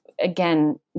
again